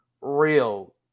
real